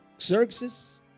Xerxes